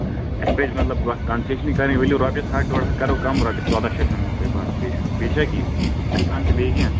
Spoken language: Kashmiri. اسہِ پزِ مطلب کنسیشنٕے کَرٕنۍ ؤلِو رۄپیس ہَتھ ڈۄڈ ہَتھ کَرو کَم رۄپیس ژۄداہ شیٚتھ ہیمہٕ وٕ تۄہہِ بَس بیٚیہِ چھ بیٚیہِ چھا کیٚنٛہہ اَسہِ تانۍ چھےٚ بیٚیہِ کیٚنٛہہ